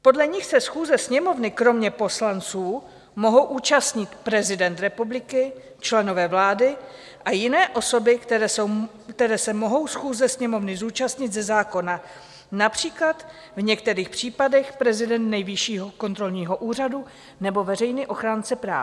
Podle nich se schůze Sněmovny kromě poslanců mohou účastnit: prezident republiky, členové vlády a jiné osoby, které se mohou schůze Sněmovny zúčastnit ze zákona, například v některých případech prezident Nejvyššího kontrolního úřadu nebo veřejný ochránce práv.